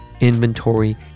inventory